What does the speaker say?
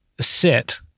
sit